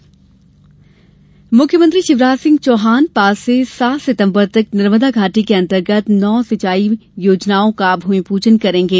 CM भूमि पूजन मुख्यमंत्री शिवराज सिंह चौहान पांच से सात सितम्बर तक नर्मदा घाटी के अंतर्गत नौ सिंचाई योजनाओं का भूमि पूजन करेंगे